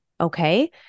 Okay